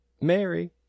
Mary